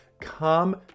Come